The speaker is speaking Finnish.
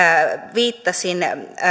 viittasin